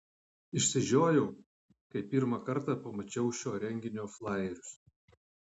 išsižiojau kai pirmą kartą pamačiau šio renginio flajerius